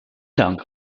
dank